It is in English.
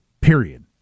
Period